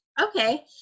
Okay